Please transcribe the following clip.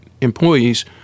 employees